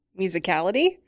musicality